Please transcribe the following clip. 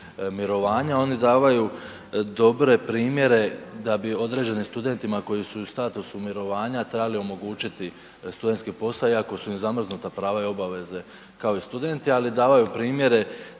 mirovanja, oni davaju dobre primjere da bi određenim studentima koji su u statusu mirovanja trebali omogućiti studentski posao iako su im zamrznuta prava i obveze kao i studenti, ali davaju primjere